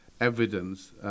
evidence